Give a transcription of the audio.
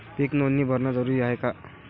पीक नोंदनी भरनं जरूरी हाये का?